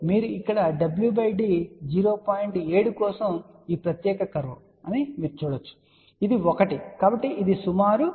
7 కోసం ఈ ప్రత్యేక కర్వ్ అని చూడవచ్చు మరియు ఇది 1 కాబట్టి ఇది సుమారు 0